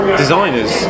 designers